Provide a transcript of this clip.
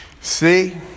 See